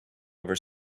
over